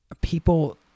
people